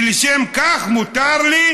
ולשם כך מותר לי,